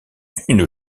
une